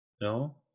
No